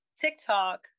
TikTok